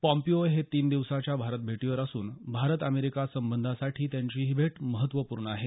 Pompeo हे तीन दिवसांच्या भारत भेटीवर असून भारत अमेरिका संबंधांसाठी त्यांची ही भेट महत्त्वपूर्ण आहे